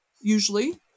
usually